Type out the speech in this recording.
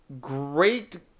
great